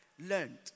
learned